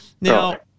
Now